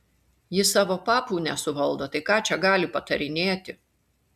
ji savo papų nesuvaldo tai ką čia gali patarinėti